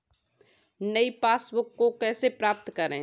नई पासबुक को कैसे प्राप्त करें?